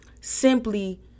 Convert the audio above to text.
simply